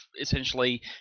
essentially